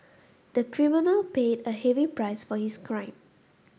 the criminal paid a heavy price for his crime